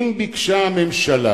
אם ביקשה זאת הממשלה